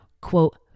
quote